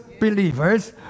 believers